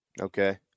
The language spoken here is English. Okay